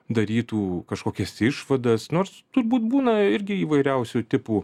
darytų kažkokias išvadas nors turbūt būna irgi įvairiausių tipų